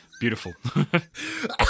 beautiful